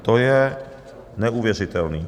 To je neuvěřitelný.